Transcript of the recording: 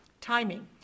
timing